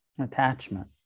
attachment